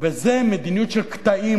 וזה מדיניות של קטעים.